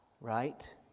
right